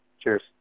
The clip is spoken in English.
Cheers